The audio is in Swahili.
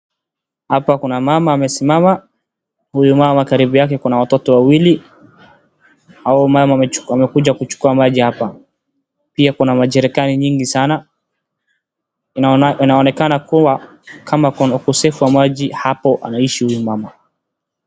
Hapa kuna mama amesimama. Huyu mama karibu yake kuna watoto wawili. Hao mama wamekuja kuchukua maji hapa. Pia kuna majericans mingi sana. Inaonekana kuwa kama ukosefu wa maji hapo anaishi huyu mama.